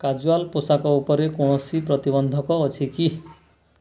casual ପୋଷାକ ଉପରେ କୌଣସି ପ୍ରତିବନ୍ଧକ ଅଛି କି